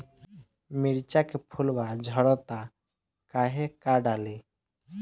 मिरचा के फुलवा झड़ता काहे का डाली?